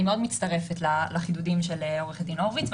אני מצטרפת לחידודים של עורכת הדין הורוביץ.